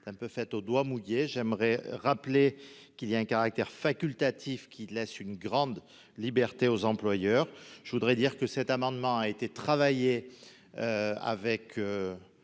est un peu faite au doigt mouillé, j'aimerais rappeler qu'il y a un caractère facultatif qui laisse une grande liberté aux employeurs, je voudrais dire que cet amendement a été travaillé avec